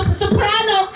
soprano